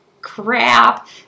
crap